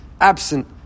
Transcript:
absent